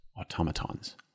automatons